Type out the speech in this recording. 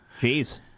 Jeez